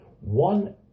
one